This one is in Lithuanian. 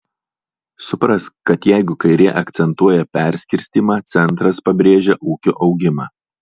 suprask kad jeigu kairė akcentuoja perskirstymą centras pabrėžia ūkio augimą